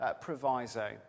proviso